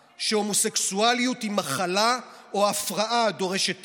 שהומוסקסואליות היא מחלה או הפרעה הדורשת טיפול,